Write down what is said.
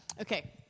Okay